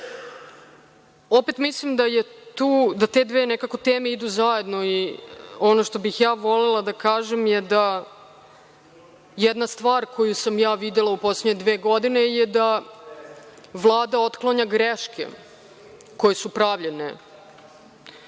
opet mislim da te dve teme nekako teme idu zajedno i ono što bih ja volela da kažem je da jedna stvar koju sam ja videla u poslednje dve godine je da Vlada otklanja greške koje su pravljene,